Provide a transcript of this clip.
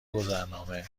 گذرنامه